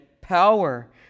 power